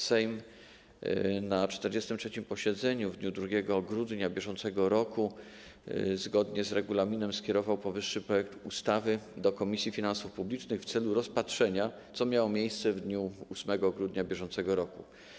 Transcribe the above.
Sejm na 43. posiedzeniu w dniu 2 grudnia br. zgodnie z regulaminem skierował powyższy projekt ustawy do Komisji Finansów Publicznych w celu rozpatrzenia, co miało miejsce w dniu 8 grudnia br.